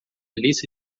lista